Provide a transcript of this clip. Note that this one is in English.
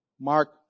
Mark